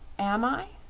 am i?